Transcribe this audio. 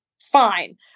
fine